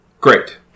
Great